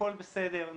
הכל בסדר,